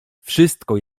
wszystko